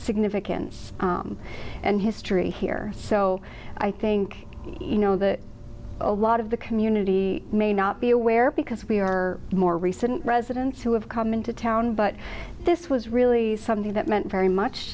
significance and history here so i think you know that a lot of the community may not be aware because we are more recent residents who have come into town but this was really something that meant very much